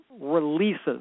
releases